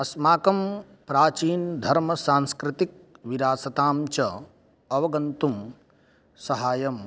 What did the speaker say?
अस्माकं प्राचीनधर्मसांस्कृतिकविरासतां च अवगन्तुं सहायं